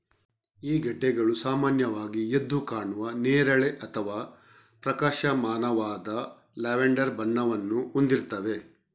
ಈ ಗೆಡ್ಡೆಗಳು ಸಾಮಾನ್ಯವಾಗಿ ಎದ್ದು ಕಾಣುವ ನೇರಳೆ ಅಥವಾ ಪ್ರಕಾಶಮಾನವಾದ ಲ್ಯಾವೆಂಡರ್ ಬಣ್ಣವನ್ನು ಹೊಂದಿರ್ತವೆ